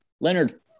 Leonard